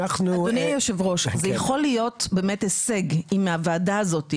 אדוני היושב-ראש, זה יכול הישג עם הוועדה הזאת.